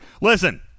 listen